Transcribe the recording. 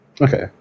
Okay